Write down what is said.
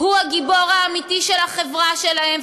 הוא הגיבור האמיתי של החברה שלהם,